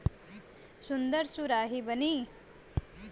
सुन्दर सुराही बनी